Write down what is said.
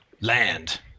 land